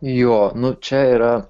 jo nu čia yra